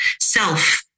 self